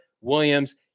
Williams